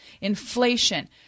Inflation